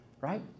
right